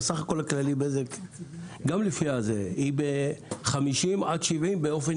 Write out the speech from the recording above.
בסך הכול הכללי בזק ב-50 עד 70 באופן